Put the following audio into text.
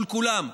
מול כולם: